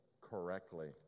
correctly